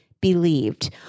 believed